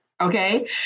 Okay